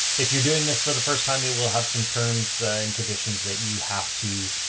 if you're doing this for the first time, it will have some terms and conditions that you have to,